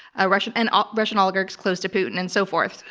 ah russian and ah russian oligarchs close to putin, and so forth.